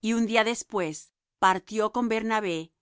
y un día después partió con bernabé